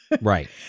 Right